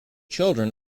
children